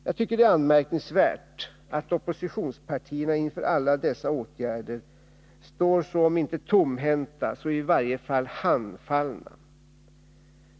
Jag tycker att det är anmärkningsvärt att oppositionspartierna inför alla dessa åtgärder står, om inte tomhänta, så i varje fall handfallna.